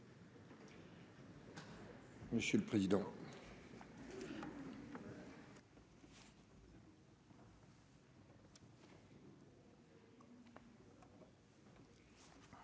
Monsieur le président,